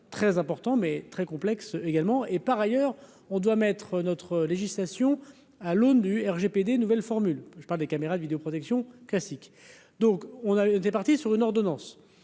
très important mais très complexe également et par ailleurs, on doit mettre notre législation à l'aune du RGPD nouvelle formule, je parle des caméras de vidéoprotection classique. Donc on a des partis sur une ordonnance,